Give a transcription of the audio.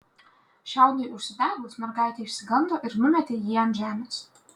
šiaudui užsidegus mergaitė išsigando ir numetė jį ant žemės